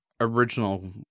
original